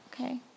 Okay